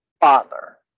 Father